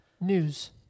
News